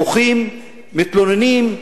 בוכים, מתלוננים,